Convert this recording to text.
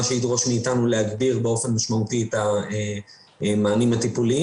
שידרוש מאתנו להגביר באופן משמעותי את המענים הטיפוליים.